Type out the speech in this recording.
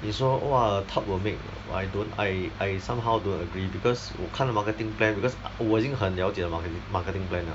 你说 !wah! top will make I don't I I somehow don't agree because 我看了 marketing plan because 我已经很了解 the marketing marketing plan liao